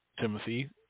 Timothy